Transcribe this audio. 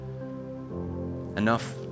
enough